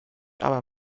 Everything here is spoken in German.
aber